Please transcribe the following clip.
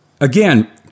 Again